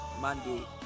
Monday